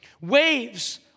Waves